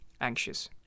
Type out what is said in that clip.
anxious